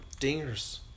dingers